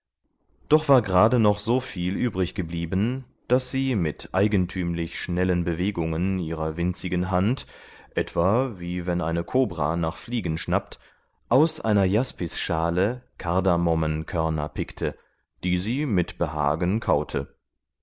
doch war gerade noch so viel übrig geblieben daß sie mit eigentümlich schnellen bewegungen ihrer winzigen hand etwa wie wenn eine kobra nach fliegen schnappt aus einer jaspisschale kardamomenkörner pickte die sie mit behagen kaute